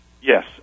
Yes